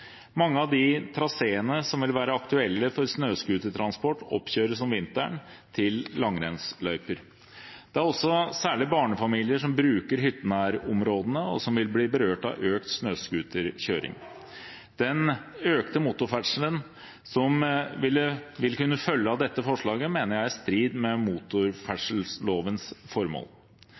Mange av traseene som vil være aktuelle for snøscootertransport, kjøres opp til langrennsløyper om vinteren. Det er også særlig barnefamilier som bruker hyttenærområdene, og som vil bli berørt av økt snøscooterkjøring. Den økte motorferdselen som vil kunne følge av dette forslaget, mener jeg er i strid med motorferdsellovens formål.